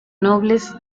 nobles